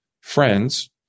friends